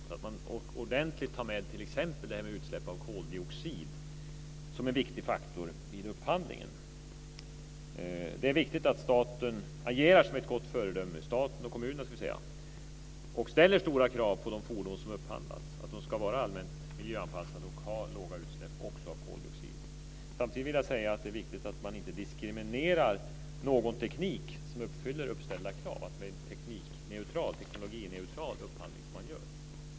Man måste ordentligt ta med t.ex. detta med utsläpp av koldioxid som en viktig faktor vid upphandlingen. Det är viktigt att staten och kommunerna agerar som ett gott föredöme och ställer stora krav på de fordon som upphandlas att de ska vara allmänt miljöanpassade och också ha låga utsläpp av koldioxid. Samtidigt vill jag säga att det är viktigt att man inte diskriminerar någon teknik som uppfyller uppställda krav. Det är viktigt att man gör en teknikneutral och teknologineutral upphandling.